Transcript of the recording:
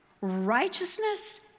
Righteousness